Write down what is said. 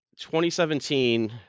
2017